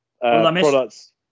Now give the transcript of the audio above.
products